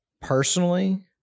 personally